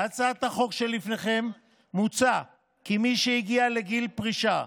בהצעת החוק שלפניכם מוצע כי מי שהגיע לגיל פרישה,